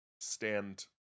stand